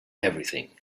everything